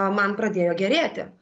man pradėjo gerėti